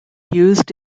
used